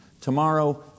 Tomorrow